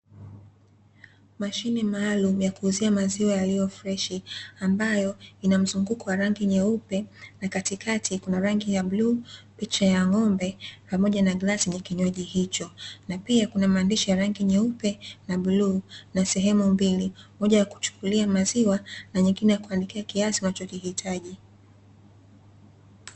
Mashine maalumu ya kuuzia maziwa yaliyo freshi, ambayo ina mzunguko wa rangi nyeupe na katikati kuna rangi ya bluu, picha ya ng'ombe pamoja na glasi yenye kinywaji hicho. Na pia kuna maandishi ya rangi nyeupe na bluu, na sehemu mbili; moja ya kuchukulia maziwa na nyingine ya kuandikia kiasi unachokihitaji.